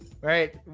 right